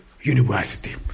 university